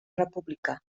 república